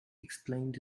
explained